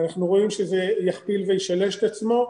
אנחנו רואים שזה יכפיל וישלש את עצמו.